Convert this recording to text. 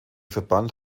verband